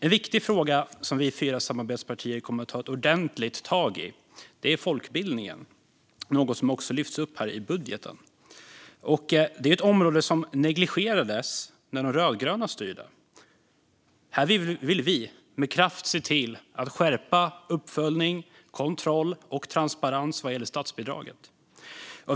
En viktig fråga som vi fyra samarbetspartier kommer att ta tag i ordentligt är folkbildningen, något som också lyfts upp här i budgeten. Det är ett område som negligerades när de rödgröna styrde. Här vill vi med kraft se till att skärpa uppföljning, kontroll och transparens vad gäller statsbidraget.